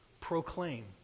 proclaim